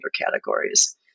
categories